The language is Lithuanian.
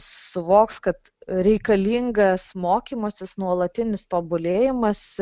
suvoks kad reikalingas mokymasis nuolatinis tobulėjimas